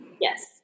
Yes